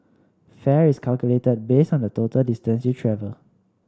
fare is calculated based on the total distance you travel